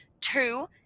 two